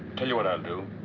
tell you what i'll do.